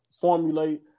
formulate